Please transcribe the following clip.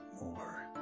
more